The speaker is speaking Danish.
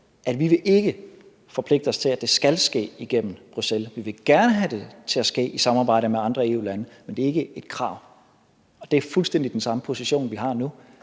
ville forpligte os til, at det skal ske igennem Bruxelles. Vi sagde, at vi gerne ville have det til at ske i samarbejde med andre EU-lande, men at det ikke var et krav, og det er fuldstændig den samme position, vi har nu.